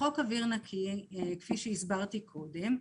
כפי שהסברתי קודם,